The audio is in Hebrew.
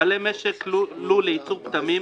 בעלי משק לול לייצור פטמים,